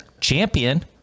champion